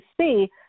see